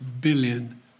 billion